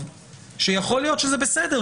תאמרו שזאת הפרשנות.